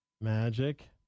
Magic